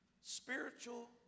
spiritual